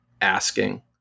asking